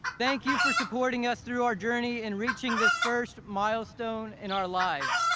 thank you for supporting us through our journey in reaching this first milestone in our lives,